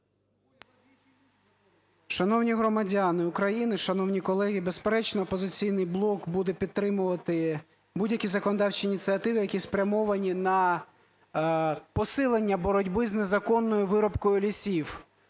Шановні громадяни України, шановні колеги, безперечно, "Опозиційний блок" буде підтримувати будь-які законодавчі ініціативи, які спрямовані на посилення боротьби з незаконною вирубкою лісів.